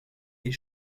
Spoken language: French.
est